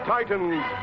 Titans